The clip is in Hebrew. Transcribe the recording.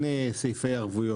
אין סעיפי ערבויות.